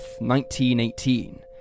1918